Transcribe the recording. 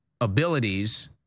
abilities